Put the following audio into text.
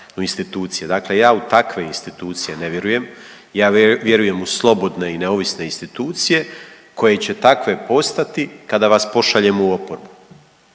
u institucije. Dakle, ja u takve institucije ne vjerujem, ja vjerujem u slobodne i neovisne institucije koje će takve postati kada vas pošaljemo u oporbu